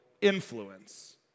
influence